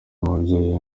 mubyeyi